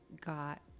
got